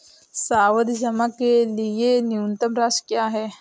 सावधि जमा के लिए न्यूनतम राशि क्या है?